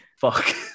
Fuck